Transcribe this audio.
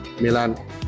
Milan